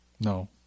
No